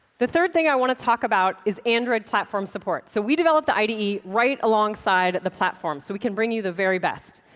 the third thing i want to talk about is android platform support. so we developed the ide right alongside the platform, so we can bring you the very best.